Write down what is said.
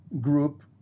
group